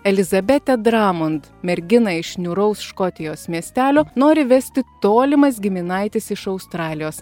eliza betedramond merginą iš niūraus škotijos miestelio nori vesti tolimas giminaitis iš australijos